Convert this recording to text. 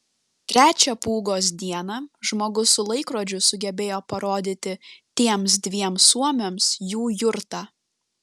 trečią pūgos dieną žmogus su laikrodžiu sugebėjo parodyti tiems dviem suomiams jų jurtą